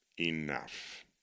Enough